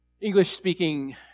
English-speaking